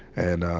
and, um,